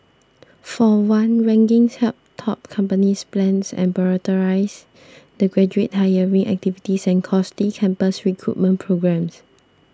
for one rankings help top companies plan and prioritise their graduate hiring reactivities and costly campus recruitment programmes